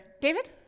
David